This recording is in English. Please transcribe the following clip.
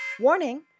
Warning